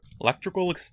Electrical